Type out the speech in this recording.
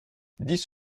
dix